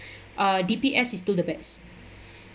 uh D_B_S is still the best